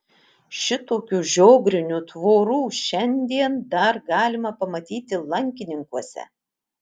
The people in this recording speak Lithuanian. šitokių žiogrinių tvorų šiandien dar galima pamatyti lankininkuose